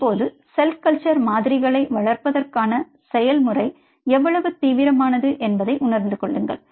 இப்போது cell culture மாதிரிகளை வளர்ப்பதற்கான செயல்முறை எவ்வளவு தீவிரமானது என்பதை உணர்ந்து கொள்ளுங்கள்